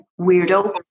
weirdo